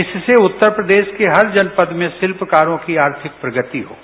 इससे उत्तर प्रदेशके हर जनपथ में शिल्पकारों को आर्थिक प्रगति होगी